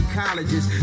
colleges